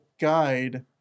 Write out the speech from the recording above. guide